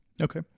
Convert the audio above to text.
Okay